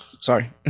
sorry